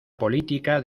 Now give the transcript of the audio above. política